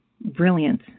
brilliant